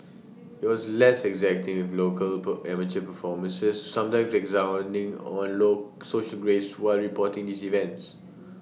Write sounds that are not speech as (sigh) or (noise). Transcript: (noise) IT was less exacting with local (unintelligible) amateur performances sometimes expounding on low social graces while reporting these events